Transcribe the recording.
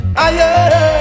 higher